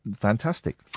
fantastic